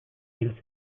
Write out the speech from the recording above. hil